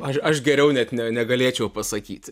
aš aš geriau net ne negalėčiau pasakyti